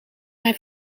hij